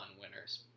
winners